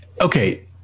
okay